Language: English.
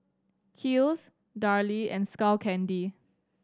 Kiehl's Darlie and Skull Candy